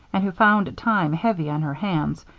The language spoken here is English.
and who found time heavy on her hands,